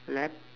lap